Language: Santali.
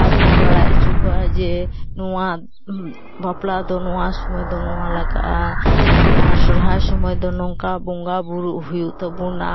ᱟᱨ ᱵᱚᱱ ᱵᱟᱲᱟᱭ ᱦᱚᱪᱚ ᱠᱚᱣᱟᱡᱮ ᱱᱚᱣᱟ ᱵᱟᱯᱞᱟ ᱫᱚ ᱱᱚᱣᱟ ᱥᱚᱢᱚᱭ ᱫᱚ ᱱᱚᱣᱟ ᱞᱟᱜᱟᱜᱼᱟ ᱟᱨ ᱥᱚᱨᱦᱟᱭ ᱥᱚᱢᱚᱭ ᱫᱚ ᱱᱚᱝᱠᱟ ᱵᱚᱸᱜᱟ ᱵᱩᱨᱩᱜ ᱦᱩᱭᱩᱜ ᱛᱟᱵᱚᱱᱟ